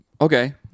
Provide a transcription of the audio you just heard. okay